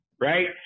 right